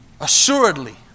Assuredly